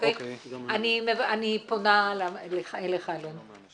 אני פונה אליך אלון.